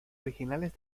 originales